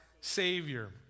savior